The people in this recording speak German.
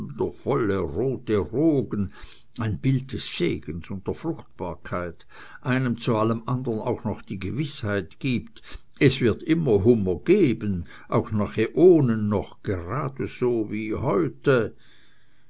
wundervolle rote rogen ein bild des segens und der fruchtbarkeit einem zu allem anderen auch noch die gewißheit gibt es wird immer hummer geben auch nach äonen noch geradeso wie heute